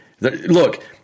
look